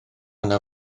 yna